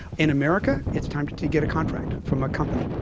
in america it's time to to get a contract from a company.